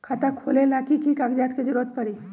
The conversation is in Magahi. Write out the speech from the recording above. खाता खोले ला कि कि कागजात के जरूरत परी?